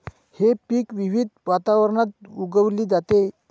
हे पीक विविध वातावरणात उगवली जाते